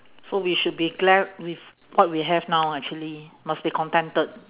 so we should be glad with what we have now actually must be contented